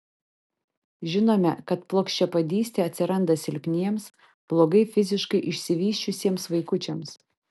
žinome kad plokščiapėdystė atsiranda silpniems blogai fiziškai išsivysčiusiems vaikučiams